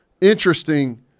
interesting